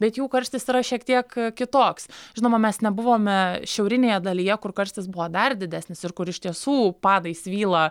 bet jų karštis yra šiek tiek kitoks žinoma mes nebuvome šiaurinėje dalyje kur karštis buvo dar didesnis ir kur iš tiesų padai svyla